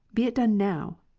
be it done now.